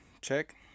check